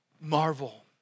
Marvel